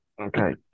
okay